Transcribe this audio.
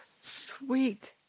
sweet